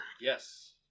Yes